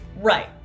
Right